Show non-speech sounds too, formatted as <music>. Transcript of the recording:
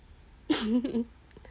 <laughs>